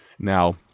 Now